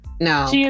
no